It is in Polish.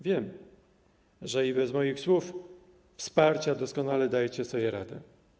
Wiem, że i bez moich słów wsparcia doskonale dajecie sobie radę.